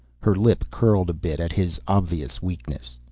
her lip curled a bit at his obvious weakness.